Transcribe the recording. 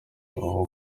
aho